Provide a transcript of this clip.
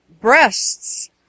Breasts